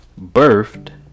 birthed